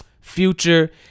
Future